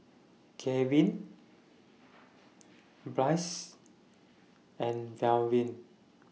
Garvin Bryce and Melvin